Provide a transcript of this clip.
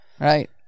Right